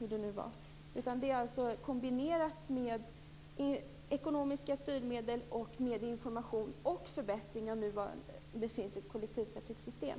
Det är alltså en kombination av ekonomiska styrmedel, information och förbättringar av befintligt kollektivtrafiksystem.